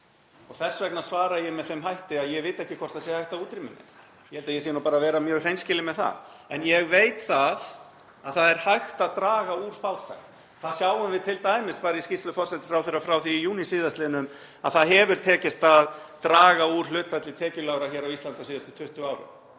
Þess vegna svara ég með þeim hætti að ég viti ekki hvort það sé hægt að útrýma henni, ég er bara mjög hreinskilinn með það. En ég veit að það er hægt að draga úr fátækt. Það sjáum við t.d. bara í skýrslu forsætisráðherra frá því í júní síðastliðnum, það hefur tekist að draga úr hlutfalli tekjulágra hér á Íslandi á síðustu 20 árum